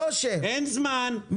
אין זמן,